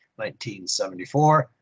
1974